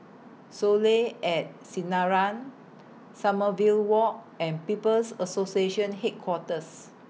Soleil At Sinaran Sommerville Walk and People's Association Headquarters